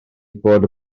fod